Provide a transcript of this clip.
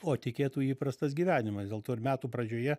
o tekėtų įprastas gyvenimas dėl to ir metų pradžioje